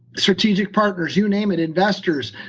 strategic partners, you name it, investors.